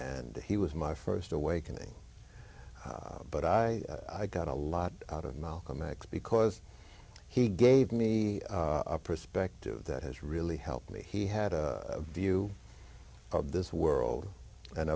and he was my first awakening but i i got a lot out of malcolm x because he gave me a perspective that has really helped me he had a view of this world and